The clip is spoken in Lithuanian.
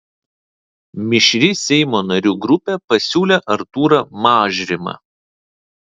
mišri seimo narių grupė pasiūlė artūrą mažrimą